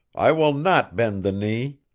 i will not bend the knee!